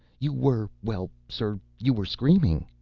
you were. well, sir, you were screaming.